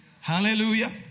Hallelujah